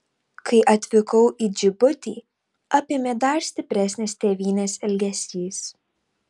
kai atvykau į džibutį apėmė dar stipresnis tėvynės ilgesys